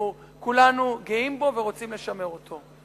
שכולנו גאים בו ורוצים לשמר אותו.